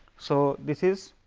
so, this is